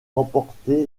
remporté